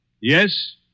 Yes